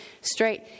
straight